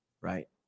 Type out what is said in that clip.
right